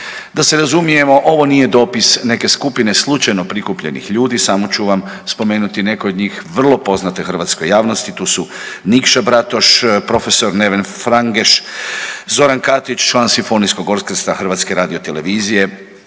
Da se razumijemo, ovo nije dopis neke skupine slučajno prikupljenih ljudi, samo ću vam spomenuti neke od njih, vrlo poznate hrvatskoj javnosti, tu su Nikša Bratoš, profesor Neven Frangeš, Zoran Katić, član simfonijskog orkestra HRT-a, Goran Karan,